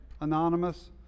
Anonymous